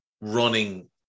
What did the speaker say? running